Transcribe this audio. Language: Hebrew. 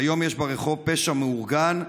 והיום יש ברחוב פשע מאורגן,